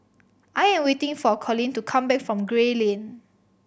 I am waiting for Collin to come back from Gray Lane